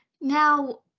Now